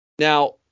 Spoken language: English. Now